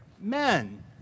men